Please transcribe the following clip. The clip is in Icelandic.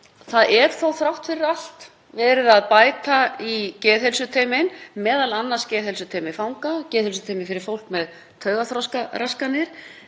Það er þó þrátt fyrir allt verið að bæta í geðheilsuteymin, m.a. geðheilsuteymi fanga og geðheilsuteymi fyrir fólk með taugaþroskaraskanir.